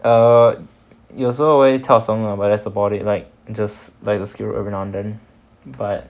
err 有时候会跳绳 lah but that's about it like just like the skipping rope every now and then